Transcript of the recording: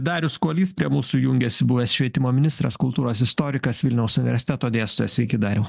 darius kuolys prie mūsų jungiasi buvęs švietimo ministras kultūros istorikas vilniaus universiteto dėstytojas sveiki dariau